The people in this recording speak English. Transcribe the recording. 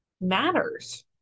matters